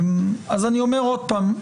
אז אני אומר עוד פעם,